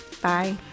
Bye